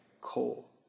coal